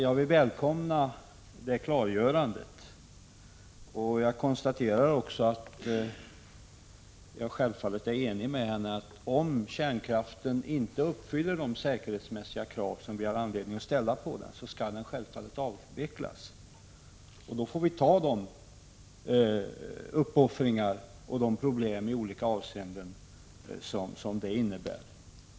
Jag välkomnar det klargörandet, och jag är självfallet enig med energiministern om att ifall kärnkraften inte uppfyller de säkerhetskrav som vi har anledning att ställa så skall den givetvis avvecklas. Då får vi göra de uppoffringar och möta de olika problem som detta i olika avseenden kommer att innebära.